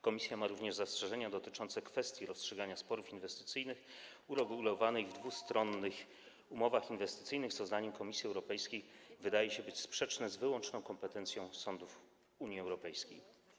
Komisja ma również zastrzeżenia dotyczące kwestii rozstrzygania sporów inwestycyjnych uregulowanych w dwustronnych umowach inwestycyjnych, co zdaniem Komisji Europejskiej wydaje się być sprzeczne z wyłączną kompetencją sądów Unii Europejskiej.